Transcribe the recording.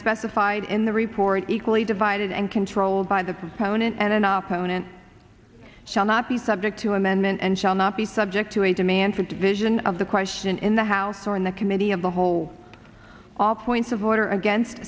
specified in the report equally divided and controlled by the proponent and enough opponent shall not be subject to amendment and shall not be subject to a demand for division of the question in the house or in the committee of the whole all points of order against